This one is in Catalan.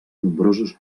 nombrosos